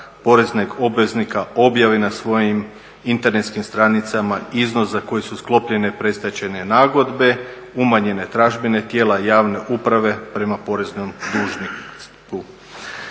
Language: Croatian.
poreznog obveznika objavi na svojim internetskim stranicama iznos za koji su sklopljene predstečajne nagodbe umanjenje tražbine tijela javne uprave prema poreznom dužniku.